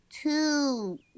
Two